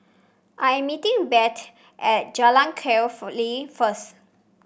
I am meeting Bette at Jalan Kwee Lye first